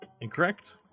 Incorrect